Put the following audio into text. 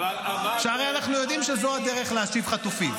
שהרי אנחנו יודעים שזו הדרך להשיב חטופים.